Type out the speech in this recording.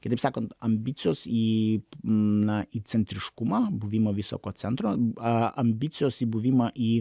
kitaip sakant ambicijos į na į centriškumą buvimo visa ko centro a ambicijos į buvimą į